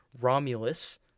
Romulus